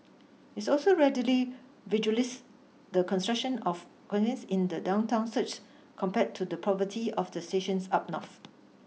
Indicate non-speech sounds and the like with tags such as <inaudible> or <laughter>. is also readily visualises the concentration of <unintelligible> in the downtown south compared to the poverty of the stations up north